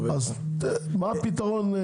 מה הפתרון?